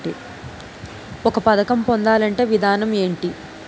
ఒక పథకం పొందాలంటే విధానం ఏంటి?